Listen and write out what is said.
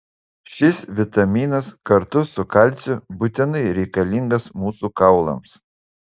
šis vitaminas kartu su kalciu būtinai reikalingas mūsų kaulams